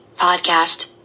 podcast